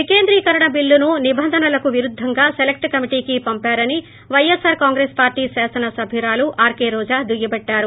వికేంద్రీకరణ బిల్లును నిబంధనలకు విరుద్గంగా సెలక్ష్ కమిటీకి పంపారని వైఎస్సార్ కాంగ్రెస్ పార్లీ కాసనసభ్యురాలు ఆర్కే రోజా దుయ్యబట్లారు